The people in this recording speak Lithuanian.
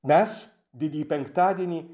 mes didįjį penktadienį